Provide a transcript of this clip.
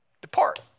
depart